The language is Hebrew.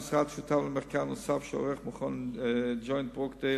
המשרד שותף למחקר נוסף שעורך ה"ג'וינט" מכון ברוקדייל,